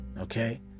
okay